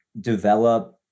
develop